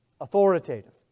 authoritative